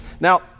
Now